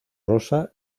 rosa